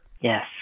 Yes